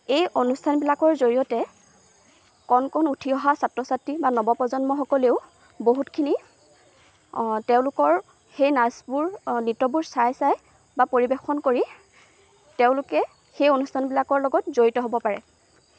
এই অনুষ্ঠানবিলাকৰ জৰিয়তে কণ কণ উঠি অহা ছাত্ৰ ছাত্ৰী বা নৱপ্ৰজন্মসকলেও বহুতখিনি তেওঁলোকৰ সেই নাচবোৰ নৃত্যবোৰ চাই চাই বা পৰিৱেশন কৰি তেওঁলোকে সেই অনুষ্ঠানবিলাকৰ লগত জড়িত হ'ব পাৰে